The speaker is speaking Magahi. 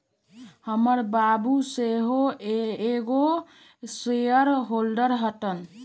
हमर बाबू सेहो एगो शेयर होल्डर हतन